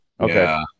Okay